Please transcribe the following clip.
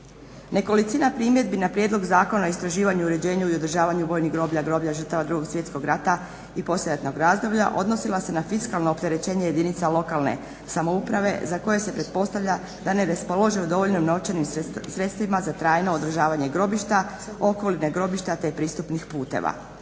Nekolicina primjedbi na Prijedlog zakona o istraživanju, uređenju i održavanju vojnih groblja, groblja žrtava Drugog svjetskog rata i poslijeratnog razdoblja odnosila se na fiskalno opterećenje jedinica lokalne samouprave za koje se pretpostavlja da ne raspolažu dovoljnim novčanim sredstvima za trajno održavanje grobištima, okoline grobišta te pristupnih puteva.